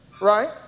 right